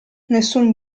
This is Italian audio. nessun